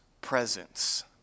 presence